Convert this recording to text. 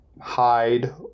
hide